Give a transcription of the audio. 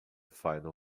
final